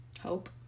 hope